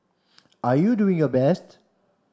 are you doing your best